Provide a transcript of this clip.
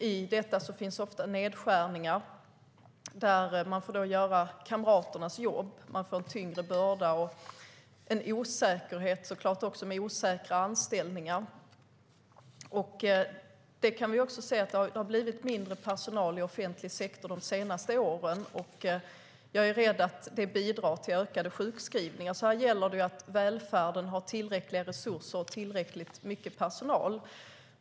I detta finns ofta nedskärningar - de får göra kamraternas jobb; de får en tyngre börda och såklart också en osäkerhet i och med osäkra anställningar. Vi kan också se att det har blivit mindre personal i offentlig sektor de senaste åren. Jag är rädd att det bidrar till ökade sjukskrivningar, så här gäller det att välfärden har tillräckliga resurser och tillräckligt mycket personal.